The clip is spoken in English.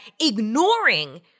ignoring